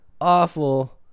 awful